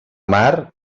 mar